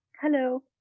hello